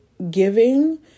Giving